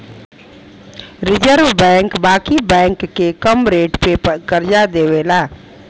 reserve bank बाकी bank के कम रेट पे करजा देवेला